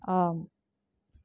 ஆம்